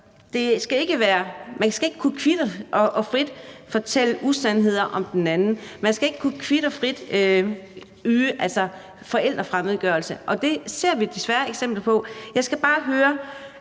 man skal ikke kvit og frit kunne fortælle usandheder om den anden. Man skal ikke kvit og frit kunne udøve forældrefremmedgørelse, og det ser vi desværre eksempler på. Jeg skal bare høre: